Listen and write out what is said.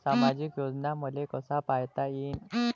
सामाजिक योजना मले कसा पायता येईन?